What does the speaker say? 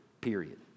period